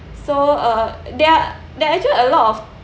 so uh there're there are actually a lot of